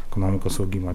ekonomikos augimą